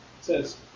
says